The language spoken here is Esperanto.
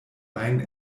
ajn